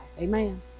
Amen